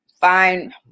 fine